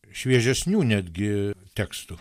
šviežesnių netgi tekstų